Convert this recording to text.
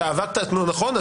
את עברת נכון?